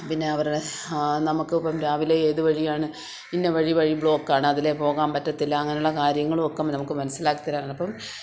പിന്നെ അവരുടെ നമ്മുക്കിപ്പം രാവിലെ ഏത് വഴിയാണ് ഇന്നവഴി വഴി ബ്ലോക്കാണ് അതിലെ പോകാന് പറ്റത്തില്ല അങ്ങനുള്ള കാര്യങ്ങളും ഒക്കെ നമുക്ക് മനസ്സിലാക്കിത്തരാൻ അപ്പോള്